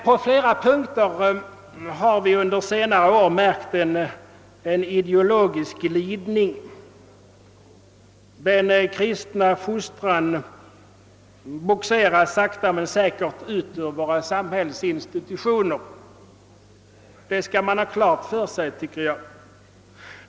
På flera punkter har vi under senare år märkt en ideologisk glidning. Den kristna fostran bogseras sakta men säkert ut ur våra samhällsinstitutioner; det skall man enligt min mening ha klart för sig.